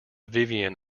vivian